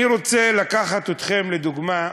אני רוצה לקחת אתכם לדוגמה,